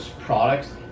products